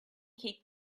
keep